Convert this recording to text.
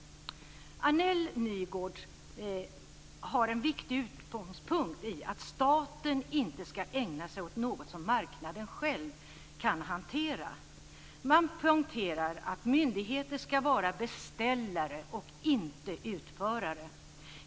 Annell och Nygårds har en viktig utgångspunkt i att staten inte ska ägna sig åt något som marknaden själv kan hantera. Man poängterar att myndigheter ska vara beställare och inte utförare.